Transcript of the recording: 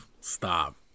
Stop